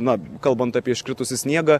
na kalbant apie iškritusį sniegą